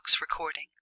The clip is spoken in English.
recording